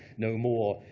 no more.